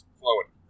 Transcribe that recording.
flowing